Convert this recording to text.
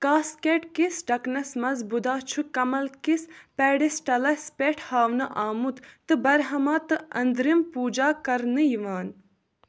casket کِس ڈھکنَس منٛز بُدھا چھُ کمل کِس پیڈٕل سِٹٕلس پٮ۪ٹھ ہاونہٕ آمُت تہٕ برٛہما تہٕ أنٛدرِم پوٗجا کرنہٕ یِوان